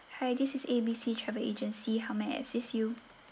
hi this is A B C travel agency how may I assist you